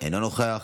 אינו נוכח,